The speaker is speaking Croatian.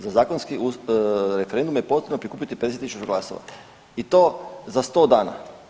Za zakonski referendum je potrebno prikupiti 50.000 glasova i to za 100 dana.